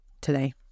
today